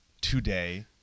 today